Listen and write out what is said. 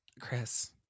chris